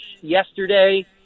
yesterday